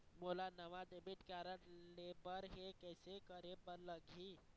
मोला नावा debit card लेबर हे, कइसे करे बर लगही?